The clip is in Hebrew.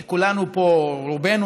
ורובנו,